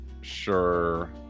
sure